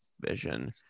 Vision